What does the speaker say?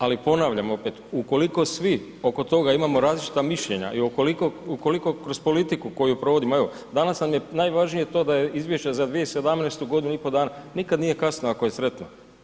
Ali ponavljam opet, ukoliko svi oko toga imamo različita mišljenja i ukoliko kroz politiku koju provodimo, evo, danas nam je najvažnije to da je izvješće za 2017. godinu i pol dana, nikad nije kasno ako je sretno.